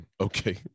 Okay